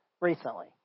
Recently